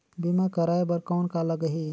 बीमा कराय बर कौन का लगही?